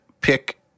pick